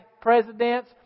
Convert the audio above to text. presidents